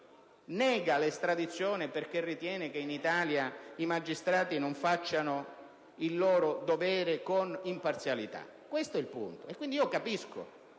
nega l'estradizione, perché ritiene che in Italia i magistrati non facciano il loro dovere con imparzialità? Questo è il punto. Comprendo dunque